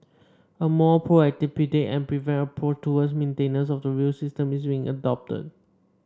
a more proactive predict and prevent approach towards maintenance of the rail system is being adopted